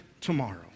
tomorrow